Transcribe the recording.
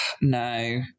No